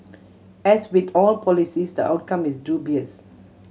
as with all policies the outcome is dubious